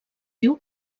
diu